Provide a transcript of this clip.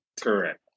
Correct